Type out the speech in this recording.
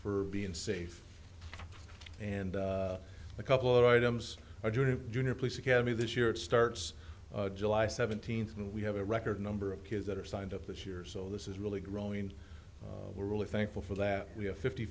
for being safe and a couple of items are joining junior police academy this year it starts july seventeenth and we have a record number of kids that are signed up this year so this is really growing we're really thankful for that we have fifty